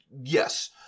Yes